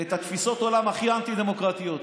את תפיסות העולם הכי אנטי-דמוקרטיות שיש.